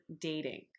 dating